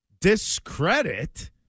discredit